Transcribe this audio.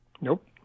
Nope